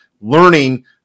learning